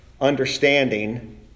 understanding